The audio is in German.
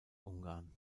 ungarn